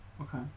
Okay